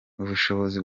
ubushobozi